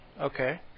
Okay